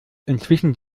inzwischen